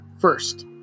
first